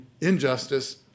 injustice